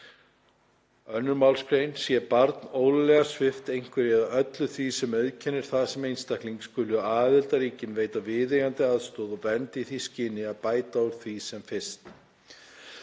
afskipta. Sé barn ólöglega svipt einhverju eða öllu því sem auðkennir það sem einstakling skulu aðildarríkin veita viðeigandi aðstoð og vernd í því skyni að bæta úr því sem fyrst.“